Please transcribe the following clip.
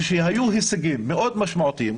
כשהיו הישגים מאוד משמעותיים,